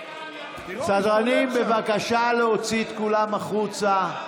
סדרנים, בבקשה להוציא את כולם החוצה.